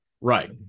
Right